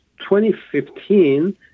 2015